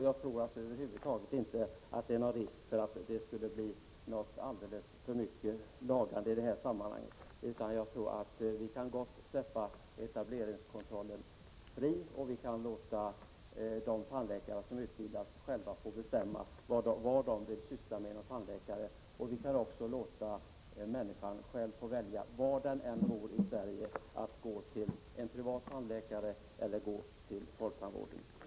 Jag tror över huvud taget inte att det är någon risk för överbehandling i det här sammanhanget utan menar att vi gott kan släppa etableringskontrollen och låta de tandläkare som är utbildade själva bestämma vad de vill syssla med som tandläkare. Vi kan också låta människorna välja, var de än bor i Sverige, huruvida de vill gå till en privat tandläkare eller till folktandvården.